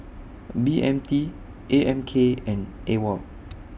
B M T A M K and AWOL